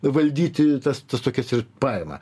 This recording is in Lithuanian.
valdyti tas tas tokias ir paima